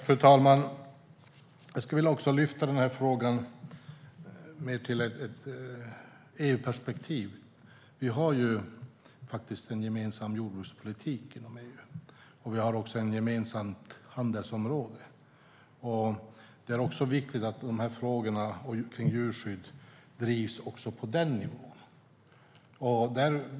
Fru talman! Jag skulle också vilja lyfta denna fråga till ett EU-perspektiv. Vi har ju en gemensam jordbrukspolitik inom EU, och vi har också ett gemensamt handelsområde. Det är viktigt att frågorna om djurskydd drivs också på den nivån.